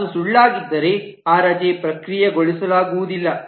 ಅದು ಸುಳ್ಳಾಗಿದ್ದರೆ ಆ ರಜೆ ಪ್ರಕ್ರಿಯೆಗೊಳಿಸಲಾಗುವುದಿಲ್ಲ